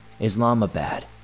Islamabad